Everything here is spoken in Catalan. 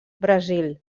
brasil